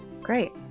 Great